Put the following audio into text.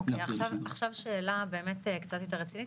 אוקיי, עכשיו שאלה באמת קצת יותר רצינית.